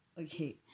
Okay